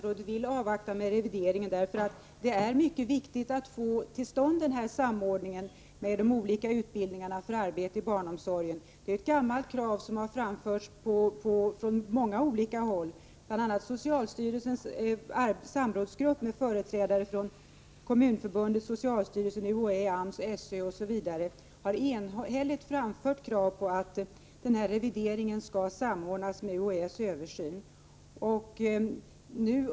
Herr talman! Jag beklagar verkligen att statsrådet inte vill avvakta med revideringen. Det är mycket viktigt att få till stånd denna samordning mellan de olika utbildningarna för arbete i barnomsorgen. Detta är ett gammalt krav, som framförts från många olika håll. Bl. a. har socialstyrelsens samrådsgrupp, med företrädare för Kommunförbundet, socialstyrelsen, UHÄ, AMS, SÖ osv., enhälligt framfört krav på att den här revideringen skall samordnas med UHÄ:s översyn.